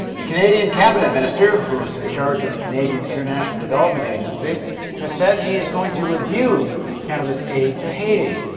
the canadian cabinet minister who is in charge of the canadian international development agency has said he is going to review canada's aid to haiti,